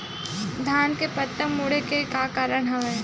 धान के पत्ता मुड़े के का कारण हवय?